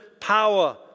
power